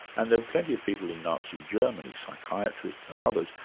and there were plenty of people in nazi germany, psychiatrists and others,